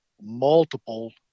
multiple